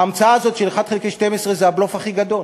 ההמצאה הזאת של 1 חלקי 12 זה הבלוף הכי גדול: